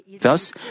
Thus